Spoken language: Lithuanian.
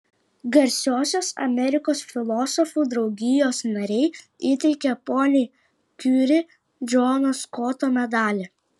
garsiosios amerikos filosofų draugijos nariai įteikia poniai kiuri džono skoto medalį